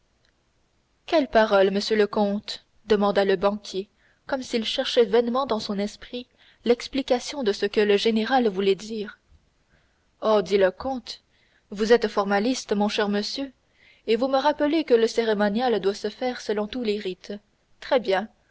quelles paroles monsieur le comte demanda le banquier comme s'il cherchait vainement dans son esprit l'explication de ce que le général voulait dire oh dit le comte vous êtes formaliste mon cher monsieur et vous me rappelez que le cérémonial doit se faire selon tous les rites très bien